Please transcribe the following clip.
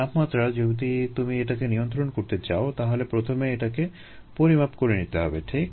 তাপমাত্রা যদি তুমি এটাকে নিয়ন্ত্রণ করতে চাও - তাহলে প্রথমে তোমাকে এটা পরিমাপ করে নিতে হবে ঠিক